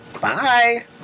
bye